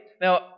Now